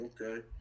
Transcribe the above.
Okay